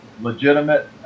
legitimate